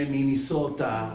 Minnesota